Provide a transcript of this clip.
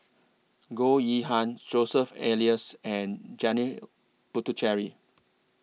Goh Yihan Joseph Elias and Janil Puthucheary